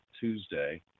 Tuesday